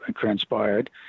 transpired